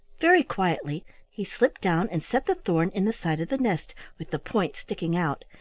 very quietly he slipped down, and set the thorn in the side of the nest, with the point sticking out.